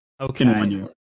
Okay